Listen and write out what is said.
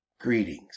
Greetings